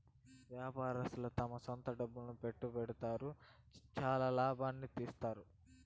వ్యాపారస్తులు తమ సొంత డబ్బులు పెట్టుబడి పెడతారు, చానా లాభాల్ని తీత్తారు